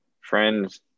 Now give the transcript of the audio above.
friends